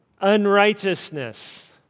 Unrighteousness